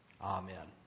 Amen